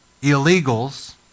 Illegals